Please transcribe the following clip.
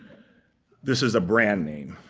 this is a brand name.